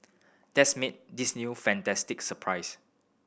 that's made this new a fantastic surprise